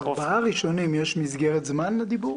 בארבעת הדוברים הראשונים יש מסגרת זמן לדיבור